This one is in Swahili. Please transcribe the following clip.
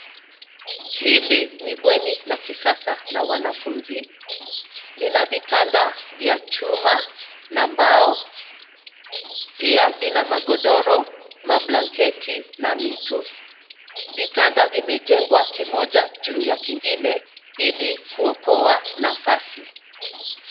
Hili ni bweni la kisasa la wanafunzi, lina vitanda vya chuma na mbao, pia lina magodoro, mablanketi na mito. Vitanda vimejengwa kimoja juu ya kingine ili kuokoa nafasi.